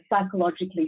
psychologically